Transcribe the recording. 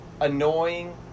annoying